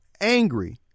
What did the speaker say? angry